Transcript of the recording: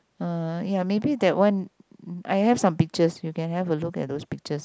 uh ya maybe that one I have some pictures you can have a look at those pictures